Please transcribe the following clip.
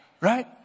right